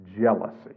jealousy